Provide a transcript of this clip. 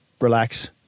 relax